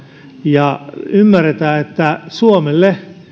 ja ymmärretään että suomen kannalta